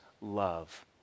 love